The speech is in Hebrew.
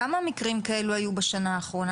כמה מקרים כאלה היו בשנה האחרונה,